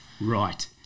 Right